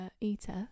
eater